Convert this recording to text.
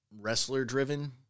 wrestler-driven